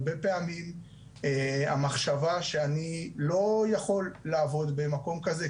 הרבה פעמים המחשבה שאני לא יכול לעבוד במקום כזה,